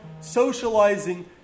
socializing